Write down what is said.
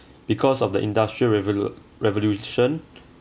because of the industrial revolu~ revolution